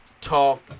talk